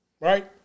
right